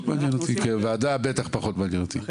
כוועדה פחות מעניין אותי.